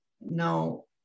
no